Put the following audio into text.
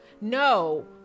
No